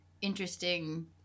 interesting